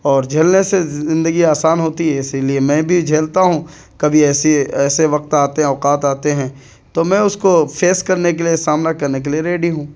اور جھیلنے سے زندگی آسان ہوتی ہے اسی لیے میں بھی جھیلتا ہوں کبھی ایسی ایسے وقت آتے ہیں اوقات آتے ہیں تو میں اس کو فیس کرنے کے لیے سامنا کرنے کے لیے ریڈی ہوں